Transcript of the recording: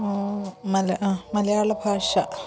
മല മലയാളഭാഷ